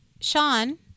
Sean